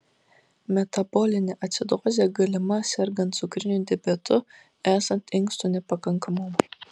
metabolinė acidozė galima sergant cukriniu diabetu esant inkstų nepakankamumui